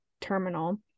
terminal